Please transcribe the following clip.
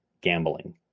gambling